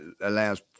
allows